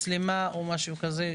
מצלמה או משהו כזה,